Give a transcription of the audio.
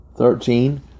Thirteen